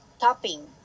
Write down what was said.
Topping